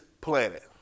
planet